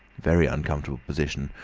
very uncomfortable position!